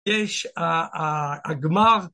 יש הגמר